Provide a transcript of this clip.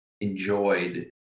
enjoyed